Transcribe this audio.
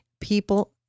people